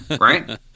right